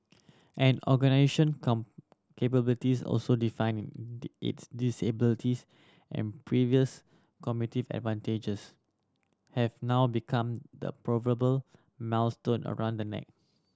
an capabilities also define its disabilities and previous competitive advantages have now become the proverbial millstone around the neck